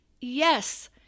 yes